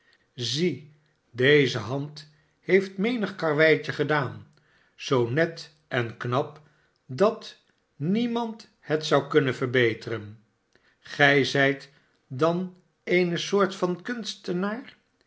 zie deze hand heeft menig karreweitje gedaan zoo net en knap dat niemand het zou kunnen verbeteren gij zijt dan eene soort van kunstenaar